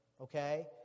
okay